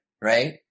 right